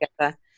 together